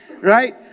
Right